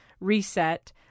reset